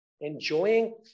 enjoying